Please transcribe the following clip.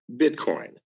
Bitcoin